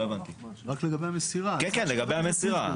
רק לגבי המסירה.